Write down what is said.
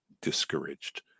discouraged